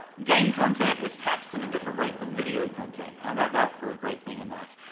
game content is taxed at a different rate than video content, how about that for a great thing in life?